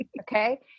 Okay